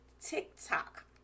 TikTok